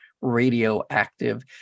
radioactive